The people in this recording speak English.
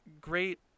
Great